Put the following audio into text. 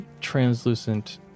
translucent